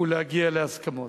ולהגיע להסכמות.